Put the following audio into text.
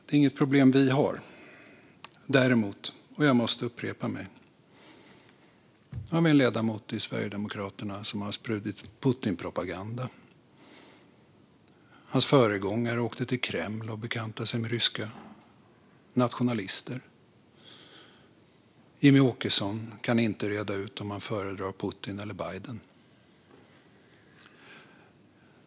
Det är inget problem vi har. Däremot - jag måste upprepa mig - finns det en ledamot i Sverigedemokraterna som har spridit Putinpropaganda. Hans föregångare åkte till Kreml och bekantade sig med ryska nationalister. Jimmie Åkesson kan inte reda ut om han föredrar Putin eller Biden.